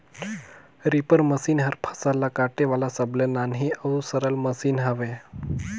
reaper machine हर फसल ल काटे वाला सबले नान्ही अउ सरल मसीन हवे